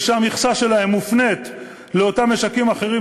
ושהמכסה שלהם מופנית לאותם משקים אחרים